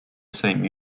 same